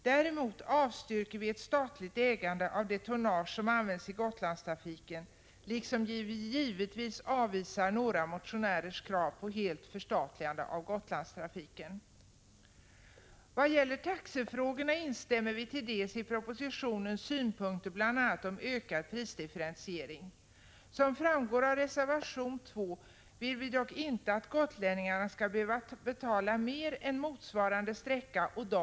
Däremot avstyrker vi ett statligt ägande av det tonnage som används i Gotlandstrafiken, liksom vi givetvis avvisar några motionärers krav på helt förstatligande av Gotlandstrafiken. Vad gäller taxefrågorna instämmer vi till dels i propositionens synpunkter, bl.a. när det gäller ökad prisdifferentiering. Som framgår av reservation 2 vill vi dock inte att gotlänningarna skall behöva betala mer än vad som gäller för 127 Prot.